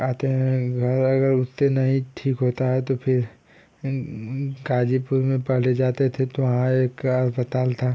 आते हैं घर अगर उससे नहीं ठीक होता है तो फिर गाजीपुर में पहले जाते थे तो वहाँ एक अस्पताल था